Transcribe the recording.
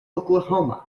oklahoma